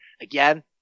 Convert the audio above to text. again